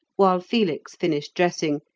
while felix finished dressing,